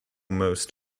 most